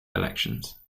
elections